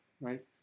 right